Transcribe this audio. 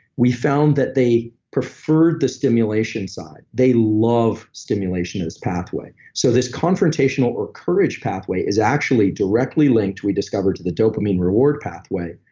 we found that they preferred the stimulation side. they love stimulation as pathway so, this confrontational or courage pathway is actually directly linked, we discovered, to the dopamine reward pathway,